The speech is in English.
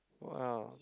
!wow!